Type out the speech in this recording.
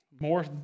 more